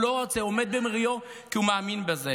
הוא לא רוצה, הוא עומד במריו, כי הוא מאמין בזה.